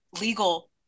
legal